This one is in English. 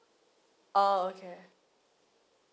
oh okay